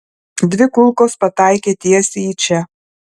dvi kulkos pataikė tiesiai į čia